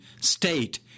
state